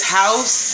house